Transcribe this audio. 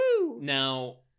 Now